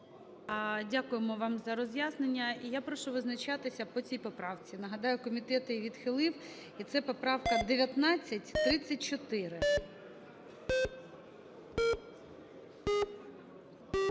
Дякуємо вам за роз'яснення. І я прошу визначатися по цій поправці. Нагадаю, комітет її відхилив. І це поправка 1934.